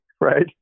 right